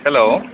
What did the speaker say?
hello